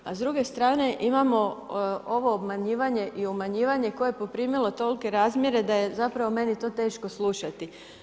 A s druge strane imamo ovo obnavljanje i umanjivanje tko je poprimilo tolike razmjere da je zapravo meni to teško slušati.